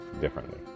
Differently